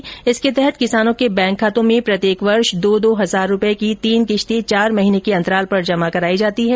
योजना के तहत किसानों के बैंक खातों में प्रत्येक वर्ष दो दो हजार रूपये की तीन किश्ते चार महीने के अंतराल पर जमा कराई जाती है